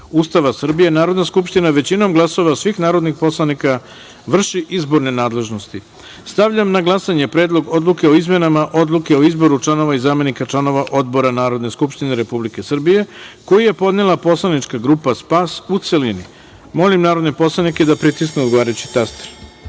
Ustava Srbije, Narodna skupština većinom glasova svih narodnih poslanika vrši izborne nadležnosti. Stavljam na glasanje Predlog odluke o izmenama Odluke o izboru članova i zamenika članova odbora Narodna skupština Republike Srbije, koju je podnela poslanička grupa SPAS, u celini. Molim narodne poslanike da pritisnu odgovarajući